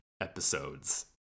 episodes